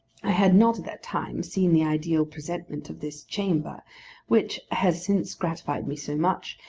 i had not at that time seen the ideal presentment of this chamber which has since gratified me so much,